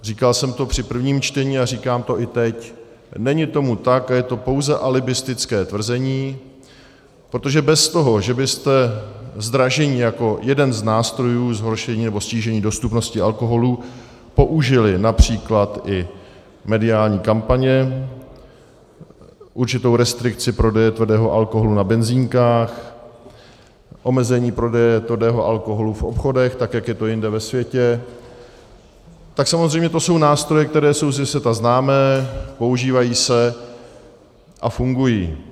Říkal jsem to při prvním čtení a říkám to i teď, není tomu tak a je to pouze alibistické tvrzení, protože bez toho, že byste zdražení jako jeden z nástrojů zhoršení nebo snížení dostupnosti alkoholu použili například i mediální kampaně, určitou restrikci prodeje tvrdého alkoholu na benzínkách, omezení prodeje tvrdého alkoholu v obchodech tak, jak je to jinde ve světě, tak samozřejmě to jsou nástroje, které jsou ze světa známé, používají se a fungují.